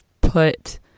put